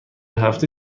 هفته